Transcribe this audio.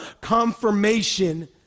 confirmation